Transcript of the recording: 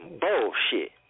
bullshit